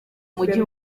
mujyi